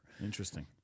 interesting